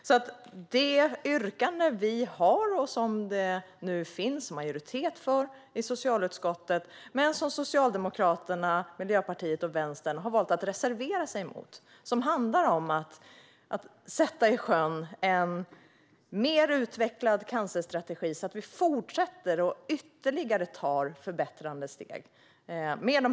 Vi har ett yrkande som det nu finns majoritet för i socialutskottet. Men Socialdemokraterna. Miljöpartiet och Vänstern har valt att reservera sig mot det. Yrkandet handlar om att sjösätta en mer utvecklad cancerstrategi så att vi fortsätter att ta ytterligare steg för en förbättrad cancersjukvård.